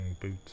boots